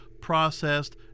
processed